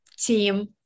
Team